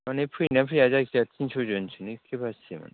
माने फैयोना फैया जायखिजाया तिनस' जनसोनि केपासिटि मोन